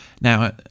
Now